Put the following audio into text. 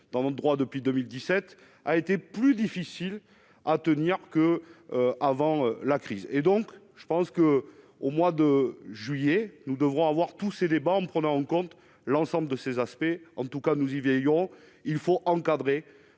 dans notre droit depuis 2017 a été plus difficile à tenir que avant la crise et donc je pense que, au mois de juillet, nous devrons avoir tous ces débats, en prenant en compte l'ensemble de ces aspects en tout cas, nous y voyons il faut encadrer,